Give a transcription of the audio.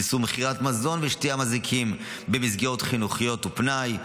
איסור מכירת מזון ומשקאות מזיקים במסגרות חינוכיות ופנאי,